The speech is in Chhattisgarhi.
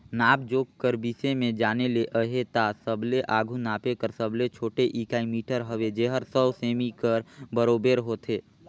नाप जोख कर बिसे में जाने ले अहे ता सबले आघु नापे कर सबले छोटे इकाई मीटर हवे जेहर सौ सेमी कर बराबेर होथे